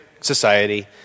society